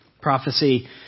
Prophecy